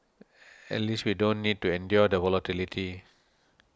at least we don't need to endure the volatility